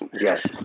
yes